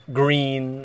green